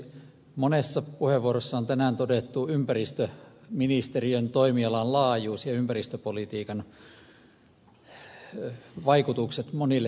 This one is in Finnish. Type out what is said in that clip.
monessa puheenvuorossa on tänään todettu ympäristöministeriön toimialan laajuus ja ympäristöpolitiikan vaikutukset monille elämänalueille